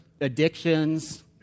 addictions